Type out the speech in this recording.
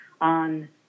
on